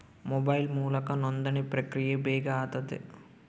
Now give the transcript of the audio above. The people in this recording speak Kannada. ಮೊಬೈಲ್ ಮೂಲಕ ನೋಂದಣಿ ಪ್ರಕ್ರಿಯೆ ಬೇಗ ಆತತೆ